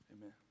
amen